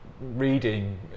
reading